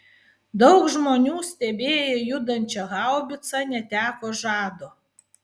daug žmonių stebėję judančią haubicą neteko žado